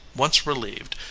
once relieved,